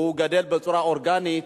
גדל בצורה אורגנית,